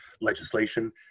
legislation